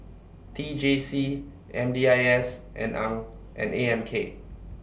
T J C M D I S and and A M K